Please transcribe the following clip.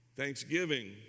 Thanksgiving